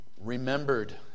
remembered